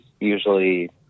usually